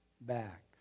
back